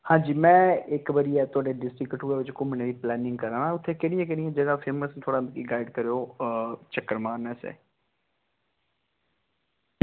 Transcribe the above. में अपने डिस्ट्रिक्ट कठुआ च इक्क बारी घुम्मनै दी कोशिश कराना ते केह्ड़ियां केह्ड़ियां जगह न मिगी थोह्ड़ा गाईड करेओ चक्कर मारनै आस्तै